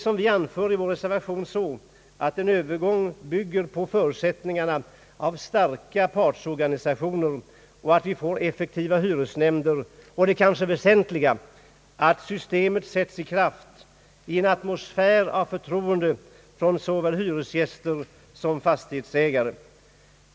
Som vi anför i vår reservation bygger en övergång på att det finns starka partsorganisationer och att vi får effektiva hyresnämnder samt — och det är det mest väsentliga — att systemet genomförs i en atmosfär av förtroende mellan hyresgäster och fastighetsägare.